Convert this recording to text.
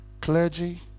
Clergy